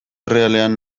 errealean